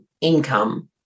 income